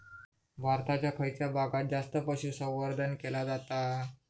भारताच्या खयच्या भागात जास्त पशुसंवर्धन केला जाता?